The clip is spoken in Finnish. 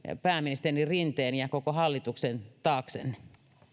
pääministeri rinteen ja koko hallituksen taaksenne